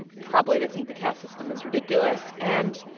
probably they think the caste system is ridiculous. and,